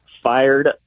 fired